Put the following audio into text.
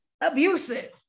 abusive